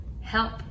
help